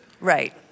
Right